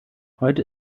heute